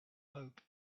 hope